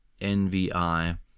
NVI